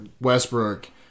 Westbrook